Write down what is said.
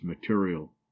material